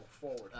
forward